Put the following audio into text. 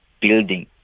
building